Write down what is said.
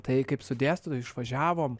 tai kaip su dėstytoju išvažiavom